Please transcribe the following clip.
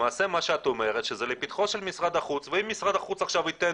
למעשה מה שאת אומרת שזה לפתחו של משרד החוץ ואם משרד החוץ עכשיו ייתן